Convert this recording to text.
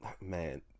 man